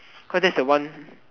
cause that's the one